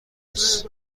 است